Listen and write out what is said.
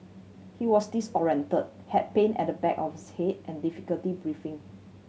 he was disorientated had pain at the back of his head and difficulty breathing